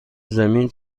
زمین